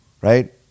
right